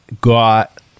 got